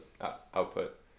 output